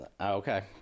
okay